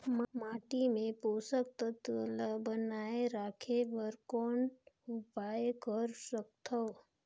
माटी मे पोषक तत्व ल बनाय राखे बर कौन उपाय कर सकथव?